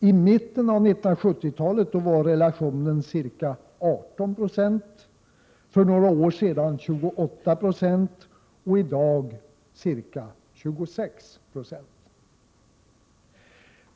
I mitten av 1970-talet var relationen ca 18 26, för några år sedan 28 96 och i dag ca 26 26.